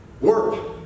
Work